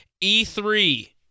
E3